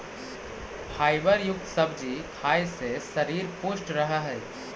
fibre युक्त सब्जी खाए से शरीर पुष्ट रहऽ हइ